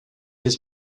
his